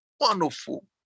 Wonderful